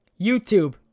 YouTube